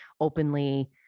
openly